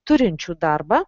turinčių darbą